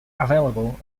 available